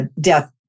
death